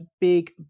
big